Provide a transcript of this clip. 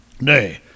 nay